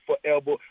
forever